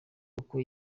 uko